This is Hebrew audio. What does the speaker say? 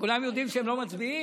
שכולם יודעים שהם לא מצביעים.